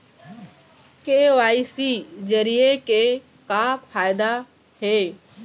KYC जरिए के का फायदा हे?